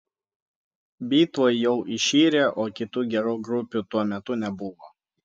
bitlai jau iširę o kitų gerų grupių tuo metu nebuvo